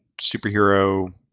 superhero